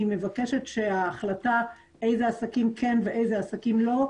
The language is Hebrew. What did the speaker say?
מבקשת שהחלטה איזה עסקים כן ואיזה עסקים לא,